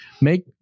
make